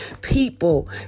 people